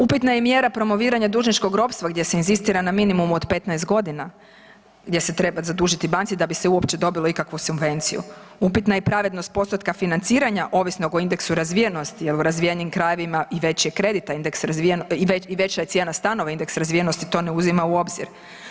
Upitna je i mjera promoviranja dužničkog ropstva gdje se inzistira na minimumu od 15 godina, gdje se treba zadužiti banci da bi se uopće dobilo ikakvu subvenciju, upitna je i pravednost postotka financiranja ovisnog o indeksu razvijenosti jer u razvijenijim krajevima i veći je kredit .../nerazumljivo/... i veća je cijena stanova, indeks razvijenosti to ne uzima u obzir.